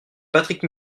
patrick